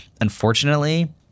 Unfortunately